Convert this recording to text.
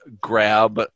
grab